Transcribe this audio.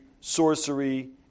sorcery